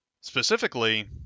Specifically